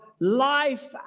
Life